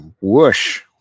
Whoosh